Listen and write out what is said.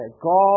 God